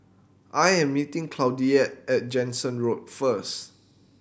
I am meeting Claudette at Jansen Road first